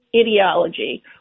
ideology